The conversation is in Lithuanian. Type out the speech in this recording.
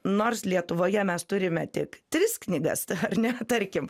nors lietuvoje mes turime tik tris knygas ar ne tarkim